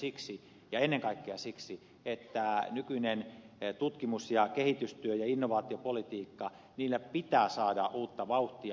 siksi ja ennen kaikkea siksi että nykyiselle tutkimus ja kehitystyölle ja innovaatiopolitiikalle pitää saada uutta vauhtia